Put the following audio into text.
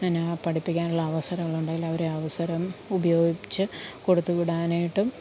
എന്നാൽ പഠിപ്പിക്കാനുള്ള അവസരങ്ങളുടെങ്കില് അവരെ അവസരം ഉപയോഗിച്ച് കൊടുത്തു വിടാനായിട്ടും